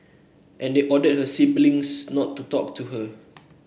and they ordered her siblings not to talk to her